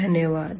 धन्यवाद